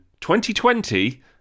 2020